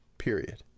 Period